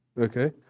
Okay